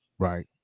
Right